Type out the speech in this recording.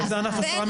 אבל אין להם כלים.